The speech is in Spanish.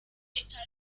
está